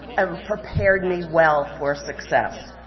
um prepared me well for success.